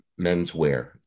menswear